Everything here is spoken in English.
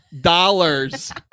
dollars